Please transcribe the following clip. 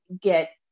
get